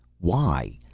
why?